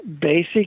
Basic